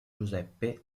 giuseppe